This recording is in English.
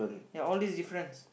ya all these difference